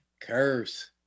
Curse